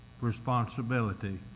responsibility